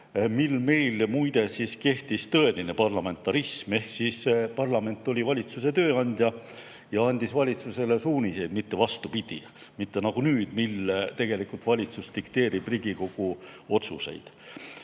mil meil muide kehtis tõeline parlamentarism ehk parlament oli valitsuse tööandja ja andis valitsusele suuniseid, mitte vastupidi, mitte nagu nüüd, mil valitsus tegelikult dikteerib Riigikogu otsuseid.